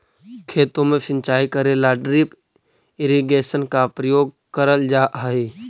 खेतों में सिंचाई करे ला ड्रिप इरिगेशन का प्रयोग करल जा हई